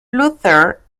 luther